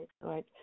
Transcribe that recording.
right